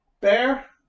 Bear